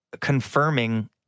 confirming